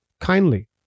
kindly